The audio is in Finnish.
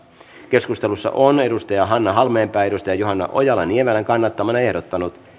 keskustelussa on hanna halmeenpää johanna ojala niemelän kannattamana ehdottanut